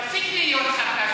תפסיק להיות סרקסטי.